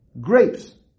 grapes